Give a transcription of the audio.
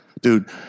Dude